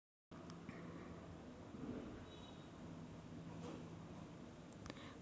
वार्षिक टक्केवारी दराची गणना कशी करायची हे तुम्हाला माहिती आहे का?